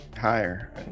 Higher